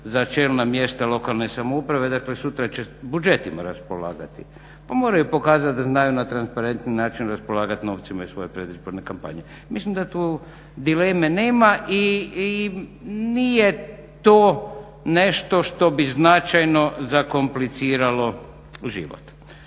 za čelna mjesta lokalne samouprave, dakle sutra će budžetima raspolagati. Pa moraju pokazati da znaju na transparentan način raspolagati novcima iz svoje predizborne kampanje. Mislim da tu dileme nema i nije to nešto što bi značajno zakompliciralo život.